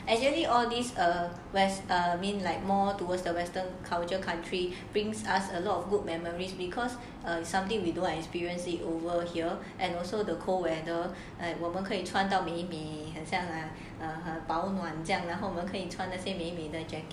actually all these err west err like more towards the western culture country brings us a lot of good memories because err something we don't experience it over here and also the cold weather like 我们可以穿着美美 err 保暖这样然后我们可以穿着